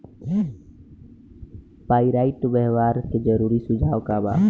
Pyrite व्यवहार के जरूरी सुझाव का वा?